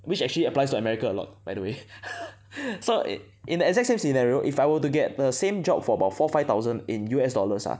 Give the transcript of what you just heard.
which actually applies to America a lot by the way so in in the exact same scenario if I were to get the same job for about four five thousand in U_S dollars ah